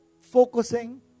focusing